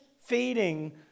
feeding